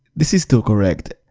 this is still correct.